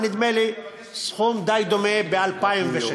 ונדמה לי סכום די דומה ב-2016.